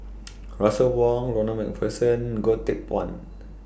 Russel Wong Ronald MacPherson Goh Teck Phuan